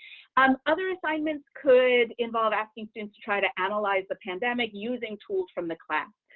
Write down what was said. um other assignments could involve asking students to try to analyze the pandemic using tools from the class.